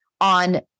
on